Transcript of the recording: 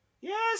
yes